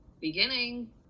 beginning